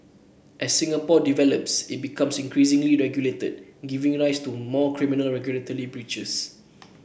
as Singapore develops it becomes increasingly regulated giving rise to more criminal regulatory breaches